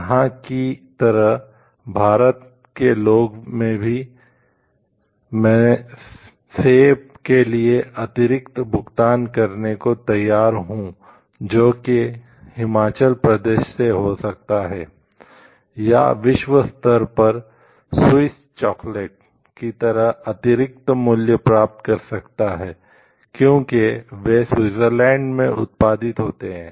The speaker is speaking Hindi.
यहां की तरह भारत के लोगों में भी मैं सेब के लिए अतिरिक्त भुगतान करने को तैयार हूं जो कि हिमाचल प्रदेश से हो सकता है या विश्व स्तर पर स्विस चॉकलेट में उत्पादित होते हैं